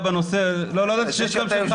לא ידעתי שיש גם שלך.